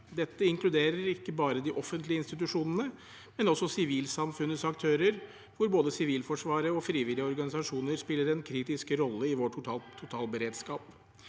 Dette inkluderer ikke bare de offentlige institusjonene, men også sivilsamfunnets aktører, hvor både Sivilforsvaret og frivillige organisasjoner spiller en kritisk rolle i vår totalberedskap.